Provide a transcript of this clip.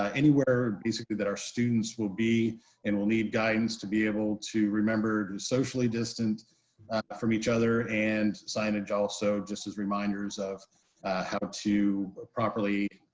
anywhere basically that our students will be and will need guidance to be able to remember socially distant from each other and signage also just as reminders of how to properly